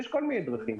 יש כל מיני דרכים.